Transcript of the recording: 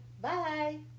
Bye